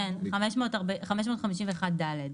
כן, 551(ד)